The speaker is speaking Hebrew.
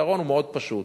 הפתרון הוא מאוד פשוט.